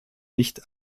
nicht